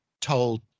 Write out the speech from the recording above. told